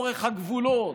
לאורך הגבולות,